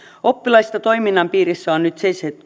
oppilaista toiminnan piirissä on nyt